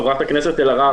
חברת הכנסת אלהרר,